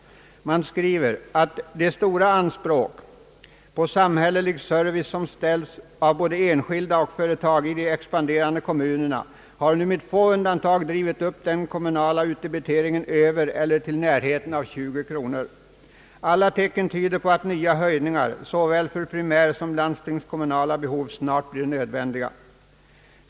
Tidningen skriver i sin ledare: »De stora anspråk på samhällelig service som ställs av både enskilda och företag i de expanderande kommunerna har nu med få undantag drivit upp den kommunala utdebiteringen över eller till närheten av 20 kronor. Alla tecken tyder på att nya höjningar såväl för primärsom landstingskommunala behov snart blir nödvändiga.